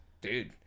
Dude